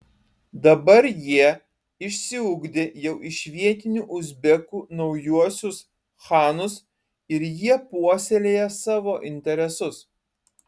dabar jie išsiugdė jau iš vietinių uzbekų naujuosius chanus ir jie puoselėja savo interesus